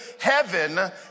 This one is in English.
heaven